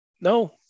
No